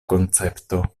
koncepto